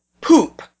poop